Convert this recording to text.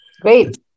Great